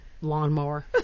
Lawnmower